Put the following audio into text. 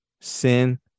sin